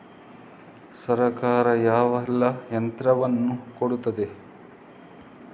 ಸರ್ಕಾರ ಯಾವೆಲ್ಲಾ ಯಂತ್ರವನ್ನು ಕೊಡುತ್ತಾರೆ?